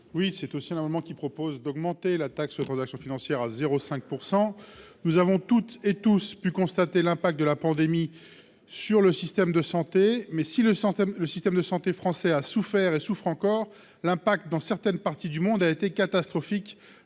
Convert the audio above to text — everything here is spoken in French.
Oui, c'est aussi énormément, qui propose d'augmenter la taxe aux transactions financières à 0 5 % nous avons toutes et tous pu constater l'impact de la pandémie sur le système de santé mais si le système, le système de santé français a souffert et souffre encore l'impact dans certaines parties du monde a été catastrophique,